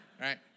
Right